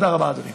תודה רבה, אדוני.